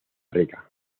rica